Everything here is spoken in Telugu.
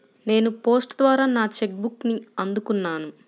నేను పోస్ట్ ద్వారా నా చెక్ బుక్ని అందుకున్నాను